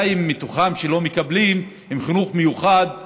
200 מתוך אלה שלא מקבלות הן חינוך מיוחד,